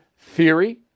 theory